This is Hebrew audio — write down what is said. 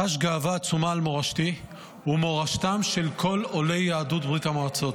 חש גאווה עצומה על מורשתי ומורשתם של כל עולי יהדות ברית המועצות.